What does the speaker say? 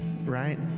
right